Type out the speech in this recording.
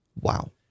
Wow